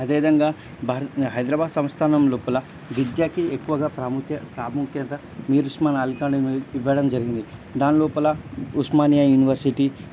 అదే విధంగా భారత్ హైదరాబాద్ సంస్థానం లోపల విద్యకి ఎక్కువగా ప్రాము ప్రాముఖ్యత మీర్ ఉస్మాన్ అలీ ఖాన్ ఇవ్వడం జరిగింది దాని లోపల ఉస్మానియా యూనివర్సిటీ